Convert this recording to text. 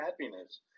happiness